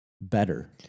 better